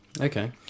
Okay